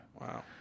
Wow